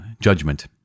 judgment